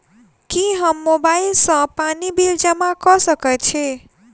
की हम मोबाइल सँ पानि बिल जमा कऽ सकैत छी?